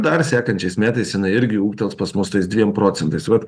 dar sekančiais metais jinai irgi ūgtels pas mus tais dviem procentais vat